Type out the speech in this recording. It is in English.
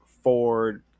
Ford